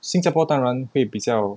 新加坡当然会比较